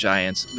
Giants